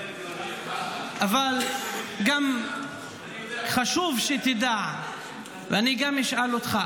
אבל גם חשוב שתדע, ואני גם אשאל אותך.